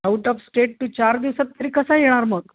out of state तू चार दिवसात तरी कसा येणार मग